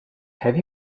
have